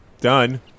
Done